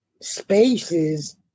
spaces